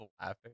laughing